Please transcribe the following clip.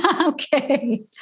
Okay